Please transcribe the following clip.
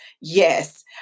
Yes